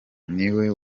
niwe